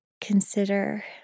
consider